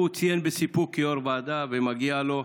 הוא ציין בסיפוק כיו"ר ועדה, ומגיע לו,